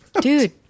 Dude